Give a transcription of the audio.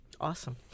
Awesome